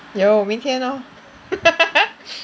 有明天 lor